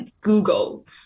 Google